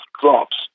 drops